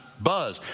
buzz